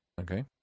Okay